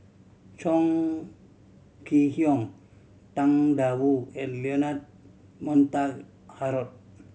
Chong Kee Hiong Tang Da Wu and Leonard Montague Harrod